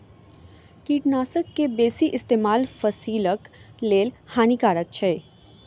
कीटनाशक के बेसी इस्तेमाल फसिलक लेल हानिकारक अछि